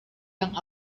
yang